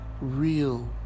real